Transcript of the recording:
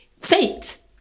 Fate